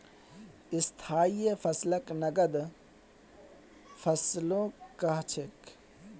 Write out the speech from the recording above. स्थाई फसलक नगद फसलो कह छेक